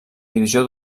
divisió